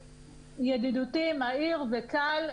ידידותי, מהיר וקל.